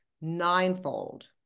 ninefold